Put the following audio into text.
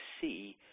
see